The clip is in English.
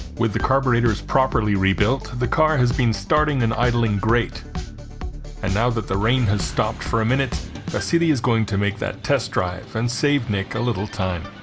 with the carburetors properly rebuilt the car has been starting an idling grate and now that the rain has stopped for a minute a city is going to make that test drive and save nick a little time